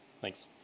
thanks